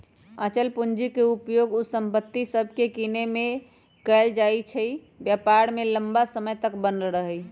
अचल पूंजी के उपयोग उ संपत्ति सभके किनेमें कएल जाइ छइ जे व्यापार में लम्मा समय तक बनल रहइ